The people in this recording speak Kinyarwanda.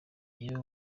iyo